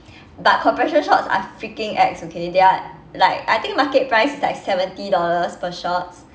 but compression shorts are freaking ex okay they are like I think market price is like seventy dollars per shorts